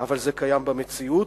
זה קיים במציאות.